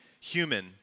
human